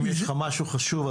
אם יש לך משהו חשוב,